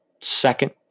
Second